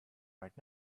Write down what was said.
right